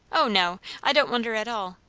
o no, i don't wonder at all!